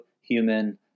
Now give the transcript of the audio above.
human